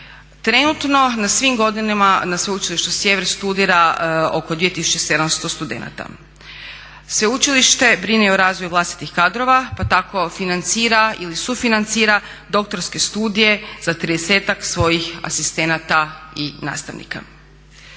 Trenutno na svim godinama na sveučilištu sjever studira oko 2700 studenata. Sveučilište brine i o razvoju vlastitih kadrova pa tako financira ili sufinancira doktorske studije za 30-ak svojih asistenata i nastavnika.